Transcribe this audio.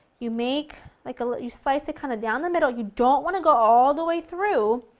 you make like a little you slice it kind of down the middle, you don't want to go all the way through,